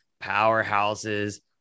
powerhouses